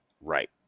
right